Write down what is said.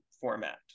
format